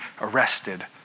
arrested